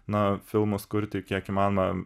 na filmus kurti kiek įmanoma